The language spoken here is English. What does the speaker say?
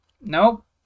Nope